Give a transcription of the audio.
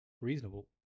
Reasonable